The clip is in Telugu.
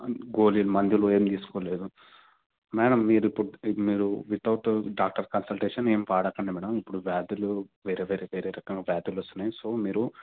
గోళీలు మందులు ఏం తీసుకోలేదు మ్యాడమ్ మీరు ఇప్పటికి మీరు విత్ఔట్ డాక్టర్ కన్సల్టేషన్ ఏం వాడకండి మ్యాడమ్ ఇప్పుడు వ్యాధులు వేరే వేరే వేరే రకాల వ్యాధులు వస్తున్నాయి సో మీరు